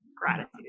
Gratitude